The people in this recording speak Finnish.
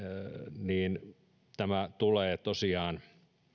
niin tämä tulee tosiaan